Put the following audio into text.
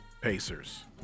Pacers